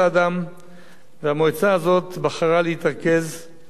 והמועצה הזאת בחרה להתרכז בעיקר בישראל.